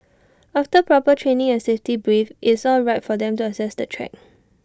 after proper training and safety brief IT is all right for them to access the track